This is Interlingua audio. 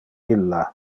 illa